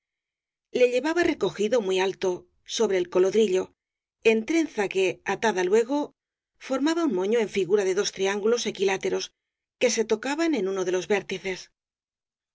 le llevaba recogido muy alto sobre el colodrillo en trenza que atada luego formaba un moño en figura de dos triángulos equiláteros que se tocaban en uno de los vértices